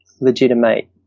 legitimate